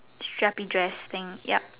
strappy dress thing yup